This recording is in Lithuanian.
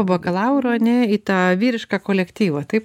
po bakalauro ane į tą vyrišką kolektyvą taip